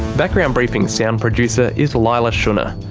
background briefing's sound producer is leila shunnar.